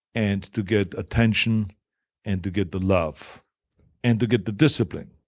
and to get attention and to get the love and to get the discipline.